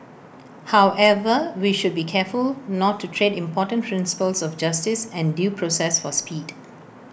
however we should be careful not to trade important principles of justice and due process for speed